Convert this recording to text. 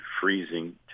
freezing